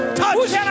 touch